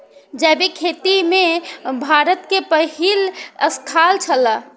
जैविक खेती में भारत के पहिल स्थान छला